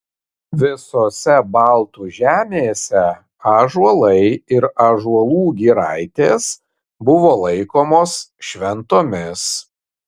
visose baltų žemėse ąžuolai ir ąžuolų giraitės buvo laikomos šventomis